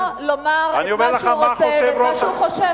זכותו לומר מה שהוא רוצה ואת מה שהוא חושב,